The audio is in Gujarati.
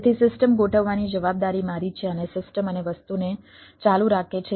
તેથી સિસ્ટમ ગોઠવવાની જવાબદારી મારી છે અને સિસ્ટમ અને વસ્તુને ચાલુ રાખે છે